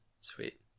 Sweet